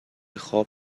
خواب